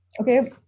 Okay